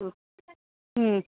ও হুম